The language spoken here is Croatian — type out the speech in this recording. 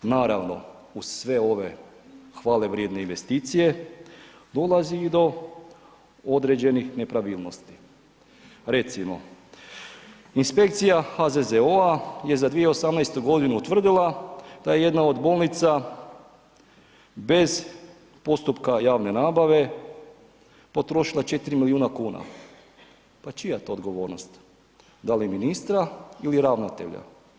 Naravno, uz sve ove hvale vrijedne investicije dolazi i do određenih nepravilnosti, recimo inspekcija HZZO-a je za 2018.g. utvrdila da je jedna od bolnica bez postupka javne nabave Pa čija je to odgovornost, da li ministra ili ravnatelja?